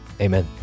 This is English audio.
Amen